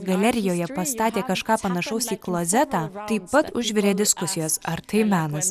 galerijoje pastatė kažką panašaus į klozetą taip pat užvirė diskusijos ar tai menas